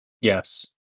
Yes